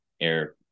air